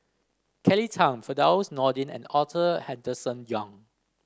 Kelly Tang Firdaus Nordin and Arthur Henderson Young